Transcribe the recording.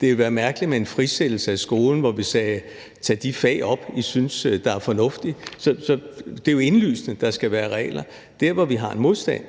Det ville være mærkeligt med en frisættelse af skolen, hvor vi sagde: Tag de fag op, I synes er fornuftige. Det er jo indlysende, at der skal være regler. Der, hvor vi har en modstand,